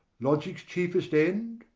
logic's chiefest end?